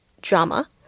drama